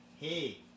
hey